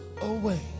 away